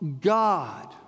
God